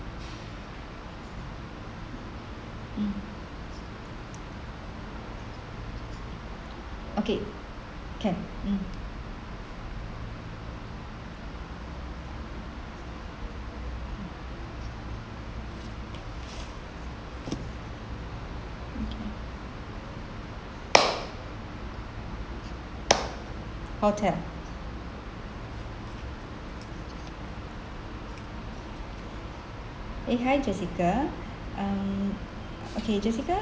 hmm okay can hmm hotel eh hi jassica um okay jassica